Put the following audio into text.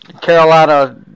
Carolina